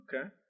Okay